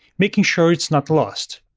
making sure it's not lost.